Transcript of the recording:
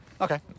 okay